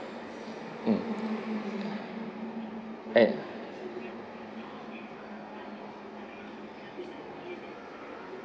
mm !aiya!